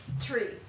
Tree